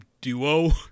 duo